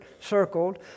circled